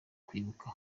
kwibuka